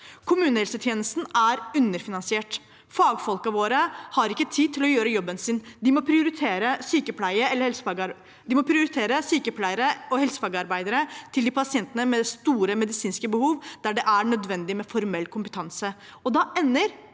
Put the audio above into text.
Kommunehelsetjenesten er underfinansiert. Fagfolkene våre har ikke tid til å gjøre jobben sin. De må prioritere sykepleiere og helsefagarbeidere til pasienter med store medisinske behov der det er nødvendig med formell kompetanse.